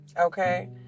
okay